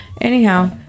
Anyhow